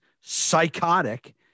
psychotic